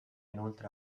inoltre